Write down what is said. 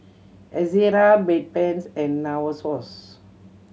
Ezerra Bedpans and Novosource